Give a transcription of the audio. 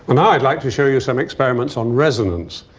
and i'd like to show you some experiments on resonance.